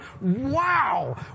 Wow